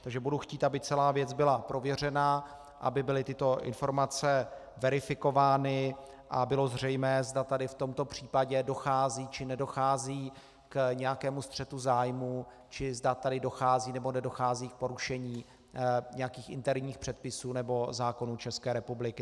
Takže budu chtít, aby celá věc byla prověřena, aby byly tyto informace verifikovány a bylo zřejmé, zda v tomto případě dochází, či nedochází k nějakém střetu zájmů, či zda tady dochází, nebo nedochází k porušení nějakých interních předpisů nebo zákonů České republiky.